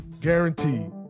guaranteed